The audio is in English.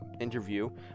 interview